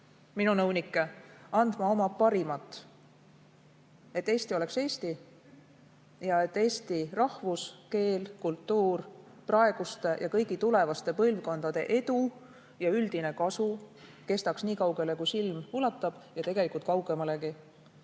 minu nõunikke andma oma parimat, et Eesti oleks Eesti ning et eesti rahvus, keel, kultuur, praeguste ja kõigi tulevaste põlvkondade edu ja üldine kasu kestaks nii kaugele, kui silm ulatab ja tegelikult kaugemalegi.